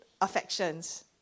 affections